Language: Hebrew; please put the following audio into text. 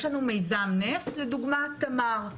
יש לנו מיזם נפט, לדוגמה תמר.